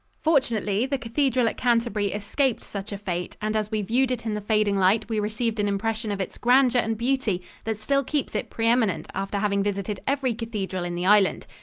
fortunately, the cathedral at canterbury escaped such a fate, and as we viewed it in the fading light we received an impression of its grandeur and beauty that still keeps it pre-eminent after having visited every cathedral in the island.